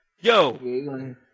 Yo